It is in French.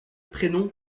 prénom